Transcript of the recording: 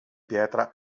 pietra